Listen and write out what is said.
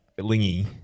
Lingy